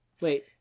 Wait